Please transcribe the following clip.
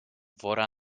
wora